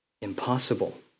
impossible